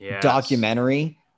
documentary